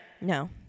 No